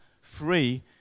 free